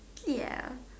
ya